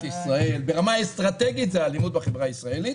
ישראל ברמה האסטרטגית זה האלימות בחברה הישראלית,